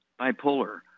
bipolar